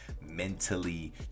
mentally